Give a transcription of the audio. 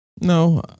No